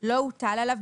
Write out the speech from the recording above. לא הוטל עליו,